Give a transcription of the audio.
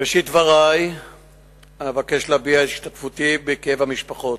בראשית דברי אבקש להביע את השתתפותי בכאב המשפחות,